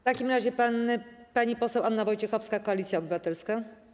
W takim razie pani poseł Anna Wojciechowska, Koalicja Obywatelska.